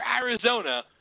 Arizona